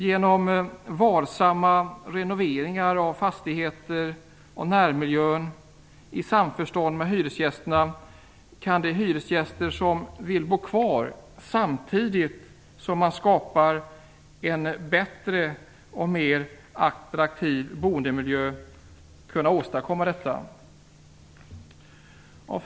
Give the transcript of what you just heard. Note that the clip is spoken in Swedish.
Genom varsamma saneringar av fastigheter och närmiljön, i samförstånd med hyresgästerna, kan man åstadkomma en bättre och mer attraktiv boendemiljö, så att de hyresgäster som vill kan bo kvar i dessa områden.